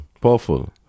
Powerful